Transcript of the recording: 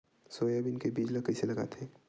Soybean के बीज ल कइसे लगाथे?